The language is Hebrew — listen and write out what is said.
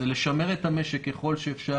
לשמר את המשק ככל האפשר,